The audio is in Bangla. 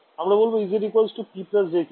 আমরা বলবো ez p jq